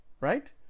right